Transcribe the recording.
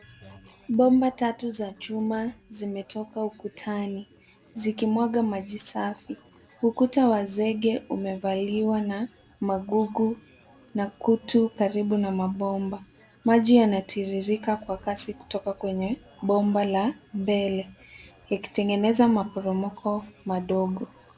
Bomba tatu za chuma zimetoka ukutani zikimwaga machi safi. Ukuta wa zege umevaliwa na magugu na kutu karibu na mabomba. Maji yanatiririka kwa kasi kutoka kwenye bomba la mbele ikitengeneza maporomoko madogo.